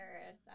Paris